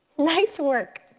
nice work.